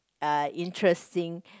uh interesting